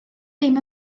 dim